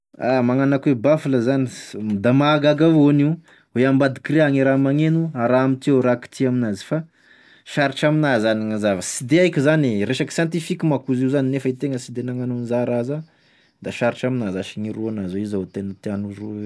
Magnano akô e bafla zany da mahagaga avao an'io oe ambadiky ry agny e raha magneno araha amity ao e raha kitiha aminazy fa sarotry aminah zany gn'agnazava sy de haiko zany e, resaky siantifika mako izy io zany fa itegna sy de nagnano an'izà raha izà da sarotry aminah zasy gn'iroha anazy oe izao tena tiagn'olo amigne fagnamboara.